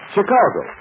Chicago